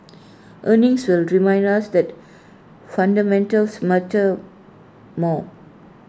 earnings will remind us that fundamentals matter more